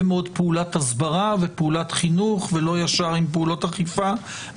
מאוד פעולת הסברה ופעולת חינוך לא ישר עם פעולות אכיפה,